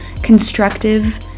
constructive